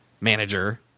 manager